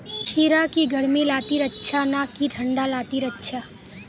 खीरा की गर्मी लात्तिर अच्छा ना की ठंडा लात्तिर अच्छा?